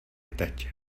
teď